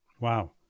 Wow